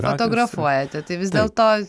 fotografuojate tai vis dėlto